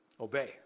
Obey